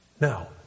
Now